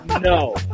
No